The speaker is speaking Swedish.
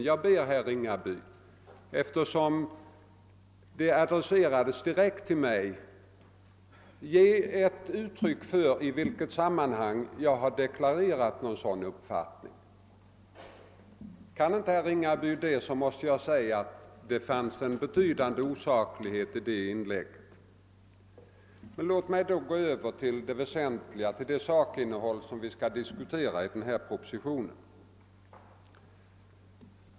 Jag ber herr Ringaby, eftersom han adresserade sig direkt till mig, säga i vilket sammanhang jag har deklarerat någon sådan uppfattning. Kan inte herr Ringaby det, måste jag säga att det fanns en betydande osaklighet i hans inlägg. Låt mig gå över till det väsentliga, till det sakinnehåll som vi skall diskutera i denna proposition.